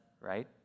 right